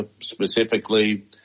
specifically